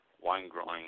wine-growing